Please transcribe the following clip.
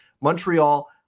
Montreal